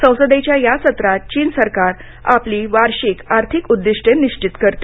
संसदेच्या या सत्रात चीन सरकार आपली वार्षिक आर्थिक उद्दिष्टे निश्चित करते